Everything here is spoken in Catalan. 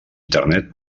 internet